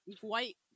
white